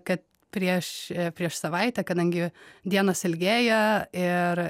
kad prieš prieš savaitę kadangi dienos ilgėja ir